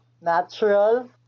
Natural